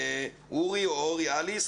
אוּרי או אוֹרי אליס,